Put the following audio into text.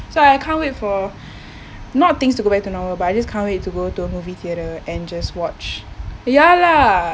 so I can't wait for not things to go back to normal but I just can't wait to go to a movie theater and just watch ya lah